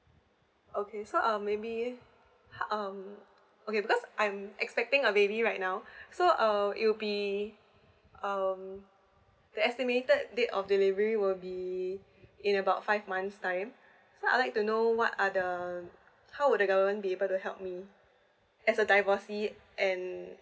okay so uh maybe um okay because I'm expecting a baby right now so uh it will be um the estimated day of delivery will be in about five months time so I'd like to know what are the how would the government would be able to help me as a divorcee and